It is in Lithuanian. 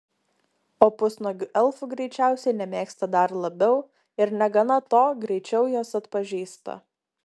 o pusnuogių elfų greičiausiai nemėgsta dar labiau ir negana to greičiau juos atpažįsta